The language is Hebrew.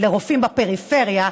לרופאים בפריפריה,